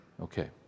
okay